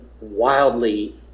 wildly